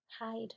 hide